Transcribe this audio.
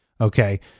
Okay